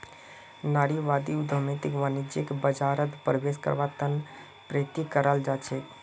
नारीवादी उद्यमियक वाणिज्यिक बाजारत प्रवेश करवार त न प्रेरित कराल जा छेक